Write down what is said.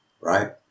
Right